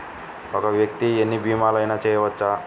ఒక్క వ్యక్తి ఎన్ని భీమలయినా చేయవచ్చా?